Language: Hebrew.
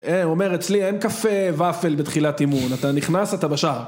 אה, הוא אומר, אצלי אין קפה ופל בתחילת אימון, אתה נכנס, אתה בשער.